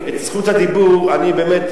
על-פי הצהרת מגילת האו"ם, אני אומר לך,